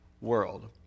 world